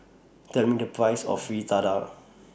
Tell Me The Price of Fritada